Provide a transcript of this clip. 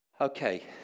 Okay